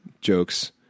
jokes